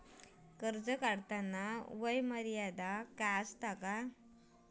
कर्ज काढताना वय मर्यादा काय आसा?